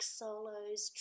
solos